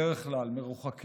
בדרך כלל מרוחקים,